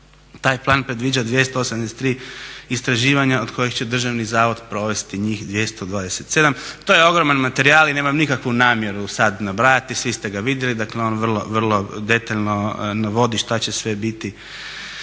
Taj plan predviđa 283 istraživanja od kojih će državni zavod provesti njih 227. To je ogroman materijal i nemam nikakvu namjeru sad nabrajati, svi ste ga vidjeli, dakle on vrlo detaljno navodi što će sve biti